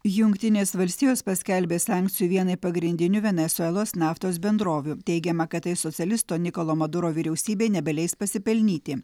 jungtinės valstijos paskelbė sankcijų vienai pagrindinių venesuelos naftos bendrovių teigiama kad tai socialisto nikolo maduro vyriausybei nebeleis pasipelnyti